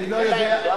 אני לא יודע.